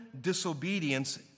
disobedience